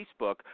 Facebook